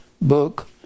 Book